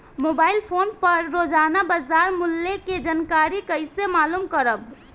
Mobile phone पर रोजाना बाजार मूल्य के जानकारी कइसे मालूम करब?